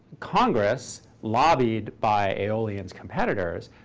congress, lobbied by aeolian's competitors,